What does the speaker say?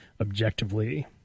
objectively